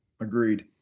Agreed